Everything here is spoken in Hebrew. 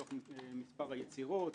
מתוך מספר היצירות,